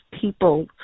people